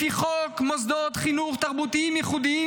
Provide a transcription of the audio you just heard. לפי חוק מוסדות חינוך תרבותיים ייחודיים.